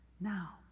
Now